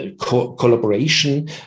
collaboration